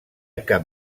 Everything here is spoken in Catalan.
cap